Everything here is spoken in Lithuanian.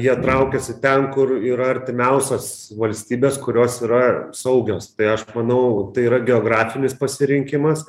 jie traukiasi ten kur yra artimiausios valstybės kurios yra saugios tai aš manau tai yra geografinis pasirinkimas